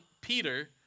Peter